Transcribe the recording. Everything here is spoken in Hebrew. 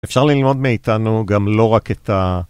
אפשר ללמוד מאיתנו גם לא רק את ה...